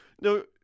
No